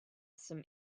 some